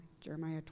Jeremiah